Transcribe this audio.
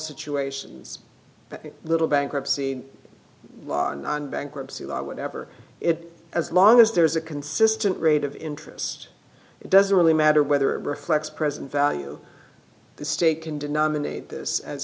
situations but a little bankruptcy law or non bankruptcy law or whatever it as long as there's a consistent rate of interest it doesn't really matter whether it reflects present value the state can do nominate this as